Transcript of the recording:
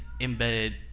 embedded